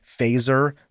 phaser